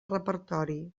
repertori